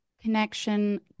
connection